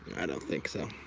i don't think so.